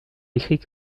décrit